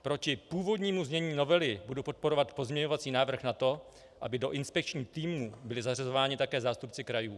Proti původnímu znění novely budu podporovat pozměňovací návrh na to, aby do inspekčních týmů byli zařazováni také zástupci krajů.